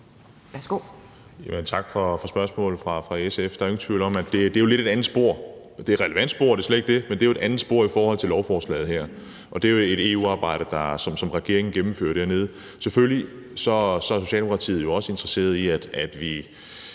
Tak for spørgsmålet fra SF. Der er jo ingen tvivl om, at det lidt er et andet spor. Det er et relevant spor, det er slet ikke det, men det er et andet spor set i forhold til lovforslaget her, og det er jo et EU-arbejde, som regeringen deltager i dernede. Selvfølgelig er Socialdemokratiet også interesseret i, at vi